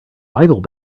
bible